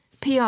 PR